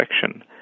section